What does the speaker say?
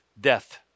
death